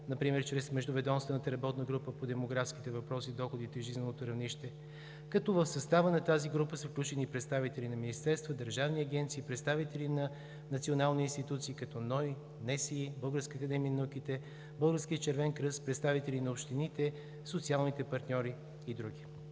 например чрез Междуведомствената работна група по демографските въпроси, доходите и жизненото равнище, като в състава на тази група са включени и представители на министерства, държавни агенции, представители на национални институции, като НОИ, НСИ, Българската академия на науките, Българския червен кръст, представители на общините, социалните партньори и други.